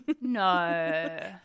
No